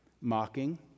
mocking